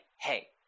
hey